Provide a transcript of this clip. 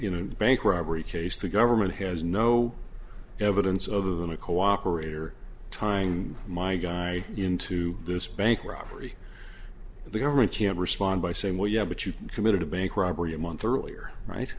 the bank robbery case the government has no evidence other than a cooperator tying my guy into this bank robbery the government can respond by saying well yeah but you committed a bank robbery a month earlier right